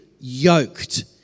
yoked